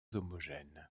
homogène